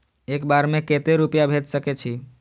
एक बार में केते रूपया भेज सके छी?